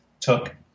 took